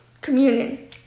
communion